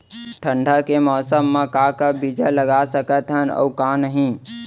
ठंडा के मौसम मा का का बीज लगा सकत हन अऊ का नही?